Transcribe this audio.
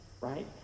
right